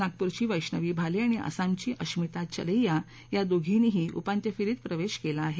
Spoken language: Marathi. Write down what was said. नागपूरची वैष्णवी भाले आणि असमची अश्मिता चलैया या दोघींनीही उपांत्य फेरीत प्रवेश केला आहे